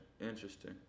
Interesting